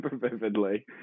vividly